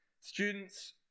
Students